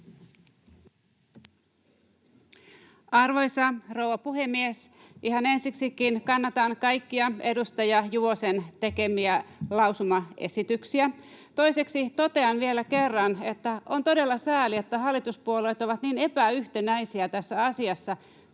Arvoisa rouva puhemies! Ihan ensiksikin kannatan kaikkia edustaja Juvosen tekemiä lausumaesityksiä. Toiseksi totean vielä kerran, että on todella sääli, että hallituspuolueet ovat niin epäyhtenäisiä tässä asiassa.